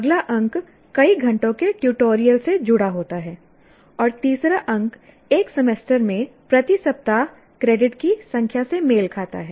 अगला अंक कई घंटों के ट्यूटोरियल से जुड़ा होता है और तीसरा अंक एक सेमेस्टर में प्रति सप्ताह क्रेडिट की संख्या से मेल खाता है